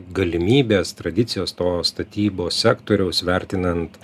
galimybės tradicijos to statybos sektoriaus vertinant